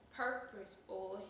purposeful